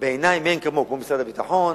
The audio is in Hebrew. בעיני גדול מאין כמוהו, כמו משרד הביטחון,